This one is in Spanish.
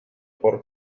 por